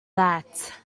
that